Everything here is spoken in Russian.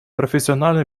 профессионально